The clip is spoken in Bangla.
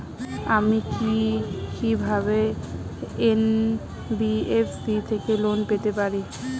আমি কি কিভাবে এন.বি.এফ.সি থেকে লোন পেতে পারি?